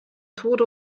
tode